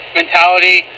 mentality